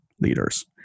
leaders